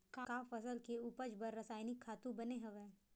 का फसल के उपज बर रासायनिक खातु बने हवय?